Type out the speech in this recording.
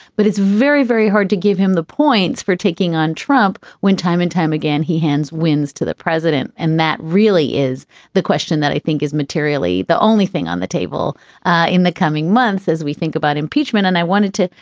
but it's very, very hard to give him the points for taking on trump when time and time again he hands winds to the president. and that really is the question that i think is materially. the only thing on the table in the coming months as we think about impeachment. and i wanted to,